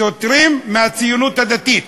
שוטרים מהציונות הדתית.